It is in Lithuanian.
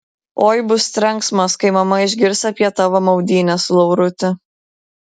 oi bus trenksmas kai mama išgirs apie tavo maudynes lauruti